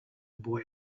boy